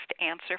Answer